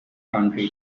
county